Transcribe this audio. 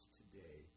today